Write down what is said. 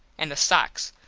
and the sox.